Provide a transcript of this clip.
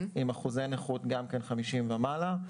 עם אחוזי נכות של 50% ומעלה.